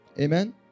Amen